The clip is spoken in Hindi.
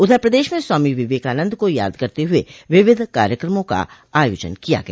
उधर प्रदेश में स्वामी विवेकानंद को याद करते हुए विविध कार्यक्रमों का आयोजन किया गया